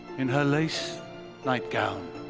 in her lace nightgown,